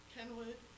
Kenwood